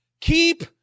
keep